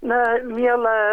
na miela